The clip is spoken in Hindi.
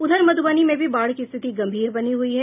उधर मधुबनी में भी बाढ़ की स्थिति गंभीर बनी हुई है